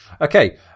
Okay